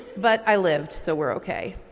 but i lived so we're okay.